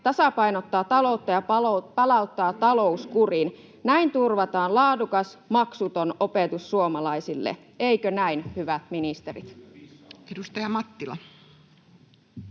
tasapainottaa taloutta ja palauttaa talouskurin. Näin turvataan laadukas, maksuton opetus suomalaisille. Eikö näin, hyvät ministerit? [Kimmo